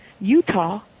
Utah